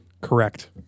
Correct